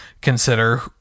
consider